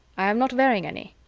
i'm not wearing any.